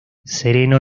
sereno